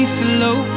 slow